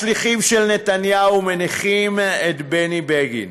השליחים של נתניהו מדיחים את בני בגין.